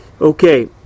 Okay